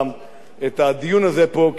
כי אנחנו יודעים שאנחנו נמצאים בשנת בחירות,